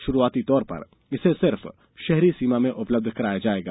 षुरुआती तौर पर इसे सिर्फ शहरी सीमा में उपलब्ध कराया जाएगा